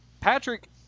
Patrick